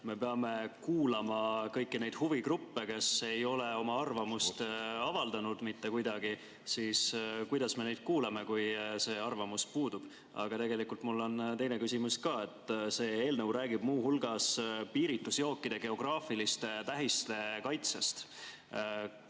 me peame kuulama kõiki neid huvigruppe, kes ei ole oma arvamust avaldanud mitte kuidagi, siis kuidas me neid kuulame, kui see arvamus puudub? Aga tegelikult mul on teine küsimus ka. See eelnõu räägib muu hulgas piiritusjookide geograafiliste tähiste kaitsest.